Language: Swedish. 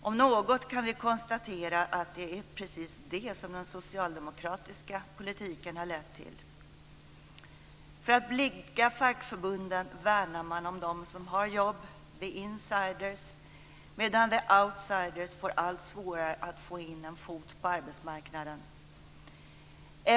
Om något kan vi konstatera att det är precis det som den socialdemokratiska politiken har lett till. För att blidka fackförbunden värnar man om dem som har jobb, "the insiders", medan "the outsiders" får allt svårare att få in en fot på arbetsmarknaden.